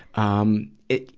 um, it,